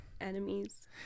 Enemies